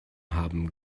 haben